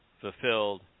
fulfilled